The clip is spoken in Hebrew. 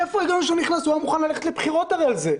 הוא היה מוכן ללכת לבחירות הרי על זה,